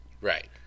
Right